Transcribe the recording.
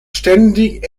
ständig